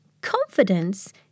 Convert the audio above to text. Confidence